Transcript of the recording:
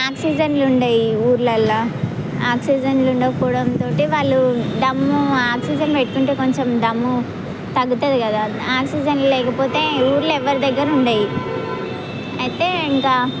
ఆక్సిజన్లు ఉండవు ఊళ్ళలో ఆక్సిజన్లు ఉండకపోవడంతో వాళ్ళు దమ్ము ఆక్సిజన్ పెట్టుకుంటే కొంచెం దమ్ము తగ్గుతుంది కదా ఆక్సిజన్ లేకపోతే ఊళ్ళో ఎవరి దగ్గర ఉండవు అయితే ఇంకా